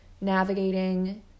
navigating